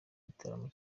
gitaramo